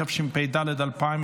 התשפ"ד 2024,